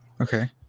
okay